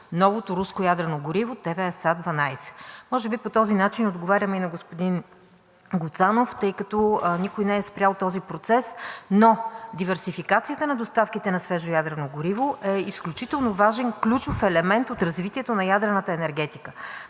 новото руско ядрено гориво ТВСА-12. Може би по този начин отговарям и на господин Гуцанов, тъй като никой не е спрял този процес, но диверсификацията на доставките на свежо ядрено гориво е изключително важен, ключов елемент от развитието на ядрената енергетика.